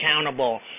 accountable